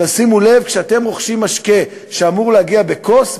תשימו לב שכשאתם רוכשים משקה שאמור להגיע בכוס,